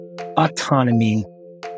autonomy